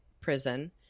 prison